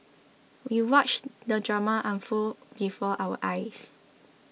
we watched the drama unfold before our eyes